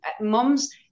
moms